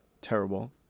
terrible